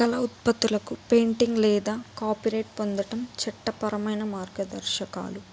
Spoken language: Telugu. కళ ఉత్పత్తులకు పెయింటింగ్ లేదా కాపీరైట్ పొందటం చట్టపరమైన మార్గదర్శకాలు